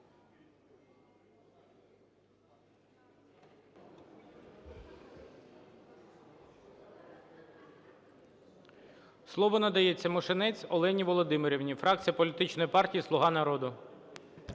Слово надається Мошенець Олені Володимирівні, фракція політичної партії "Слуга народу".